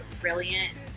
brilliant